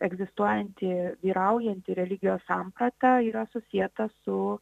egzistuojanti vyraujanti religijos samprata yra susieta su